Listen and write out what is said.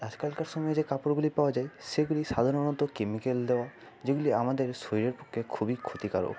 আজকালকার সময়ে যে কাপড়গুলি পাওয়া যায় সেগুলি সাধারণত কেমিক্যাল দেওয়া যেগুলি আমাদের শরীরের পক্ষে খুবই ক্ষতিকারক